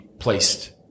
Placed